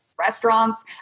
restaurants